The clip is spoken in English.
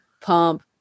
pump